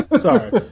Sorry